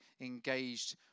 engaged